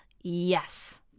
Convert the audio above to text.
yes